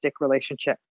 relationship